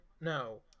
No